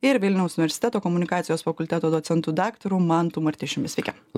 ir vilniaus universiteto komunikacijos fakulteto docentu daktaru mantu martišius sveiki